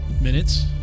Minutes